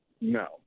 No